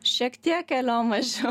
šiek tiek keliom mažiau